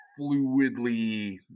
fluidly